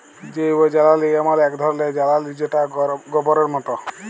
জৈবজ্বালালি এমল এক ধরলের জ্বালালিযেটা গবরের মত